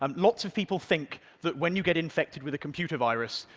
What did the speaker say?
um lots of people think that when you get infected with a computer virus,